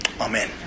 Amen